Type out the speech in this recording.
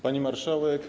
Pani Marszałek!